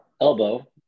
elbow